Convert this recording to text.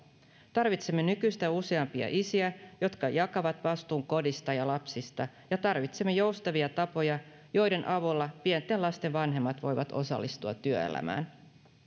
tarvitsemme nykyistä useampia isiä jotka jakavat vastuun kodista ja lapsista ja tarvitsemme joustavia tapoja joiden avulla pienten lasten vanhemmat voivat osallistua työelämään